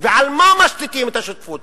ועל מה משתיתים את השותפות?